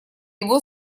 его